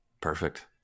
Perfect